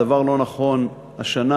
הדבר לא נכון השנה,